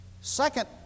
Second